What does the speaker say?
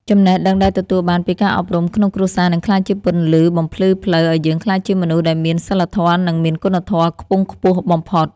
ចំណេះដឹងដែលទទួលបានពីការអប់រំក្នុងគ្រួសារនឹងក្លាយជាពន្លឺបំភ្លឺផ្លូវឱ្យយើងក្លាយជាមនុស្សដែលមានសីលធម៌និងមានគុណធម៌ខ្ពង់ខ្ពស់បំផុត។